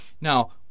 Now